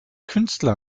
künstler